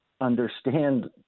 understand